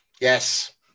Yes